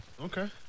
Okay